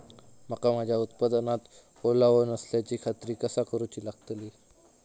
मका माझ्या उत्पादनात ओलावो नसल्याची खात्री कसा करुची लागतली?